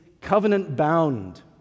covenant-bound